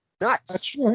Nuts